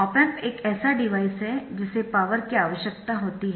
op amp एक ऐसा device है जिसे पावर की आवश्यकता होती है